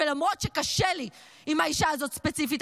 ולמרות שקשה לי עם האישה הזאת ספציפית,